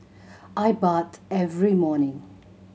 I bath every morning